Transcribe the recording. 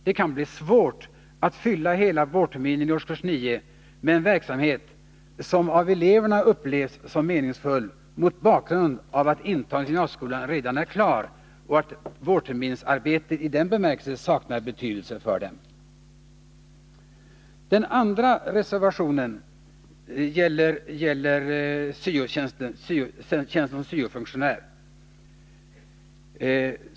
Det kan bli svårt att fylla hela vårterminen i årskurs 9 med en verksamhet som av eleverna upplevs som meningsfull mot bakgrund avatt intagningen till gymnasieskolan redan är klar och att vårterminsarbetet i den bemärkelsen saknar betydelse för dem. Den andra reservationen från moderat håll gäller syo-tjänsterna.